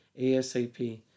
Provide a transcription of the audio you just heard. ASAP